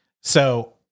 So-